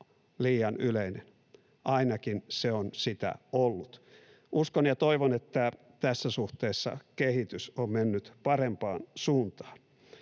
liian yleisiä, ainakin ne ovat sitä olleet. Uskon ja toivon, että tässä suhteessa kehitys on mennyt parempaan suuntaan.